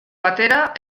batera